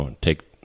take